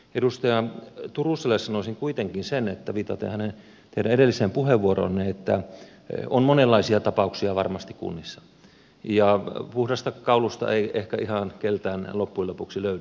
edustaja turuselle sanoisin kuitenkin sen viitaten teidän edelliseen puheenvuoroonne että on varmasti monenlaisia tapauksia kunnissa ja puhdasta kaulusta ei ehkä ihan keneltäkään loppujen lopuksi löydy